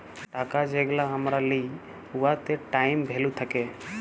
টাকা যেগলা আমরা লিই উয়াতে টাইম ভ্যালু থ্যাকে